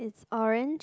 is orange